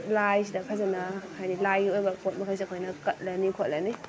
ꯂꯥꯏꯁꯤꯗ ꯐꯖꯅ ꯍꯥꯏꯗꯤ ꯂꯥꯏꯒꯤ ꯑꯣꯏꯕ ꯄꯣꯠ ꯃꯈꯩꯁꯦ ꯑꯩꯈꯣꯏꯅ ꯀꯠꯂꯅꯤ ꯈꯣꯠꯂꯅꯤ